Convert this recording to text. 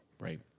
Right